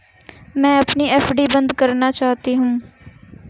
मैं अपनी एफ.डी बंद करना चाहती हूँ